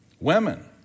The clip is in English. Women